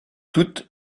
toutes